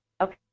Okay